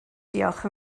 diolch